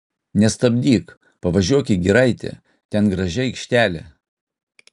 nestabdyk pavažiuok į giraitę ten graži aikštelė